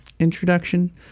Introduction